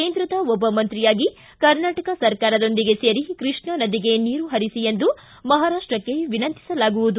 ಕೇಂದ್ರದ ಒಬ್ಬ ಮಂತ್ರಿಯಾಗಿ ಕರ್ನಾಟಕ ಸರ್ಕಾರದೊಂದಿಗೆ ಸೇರಿ ಕೃಷ್ಣಾ ನದಿಗೆ ನೀರು ಹರಿಸಿ ಎಂದು ಮಹಾರಾಷ್ಟಕ್ಕೆ ವಿನಂತಿಸಲಾಗುವುದು